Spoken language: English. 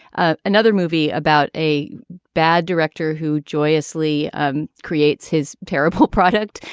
ah another movie about a bad director who joyously um creates his terrible product.